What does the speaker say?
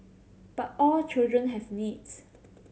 but all children have needs